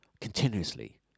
continuously